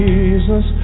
Jesus